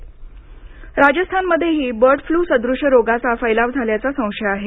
Rajasthan bird flu राजस्थानमध्येही bird flu सदृश रोगाचा फैलाव झाल्याचा संशय आहे